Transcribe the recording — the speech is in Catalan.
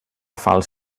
falç